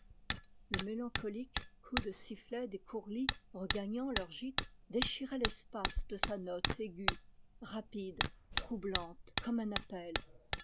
le mélancolique coup de sifflet des courlis regagnant leurs gîtes déchirait l'espace de sa note aiguë rapide troublante comme un appel